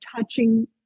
touching